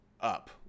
up